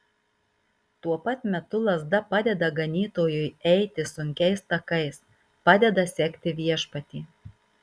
tuo pat metu lazda padeda ganytojui eiti sunkiais takais padeda sekti viešpatį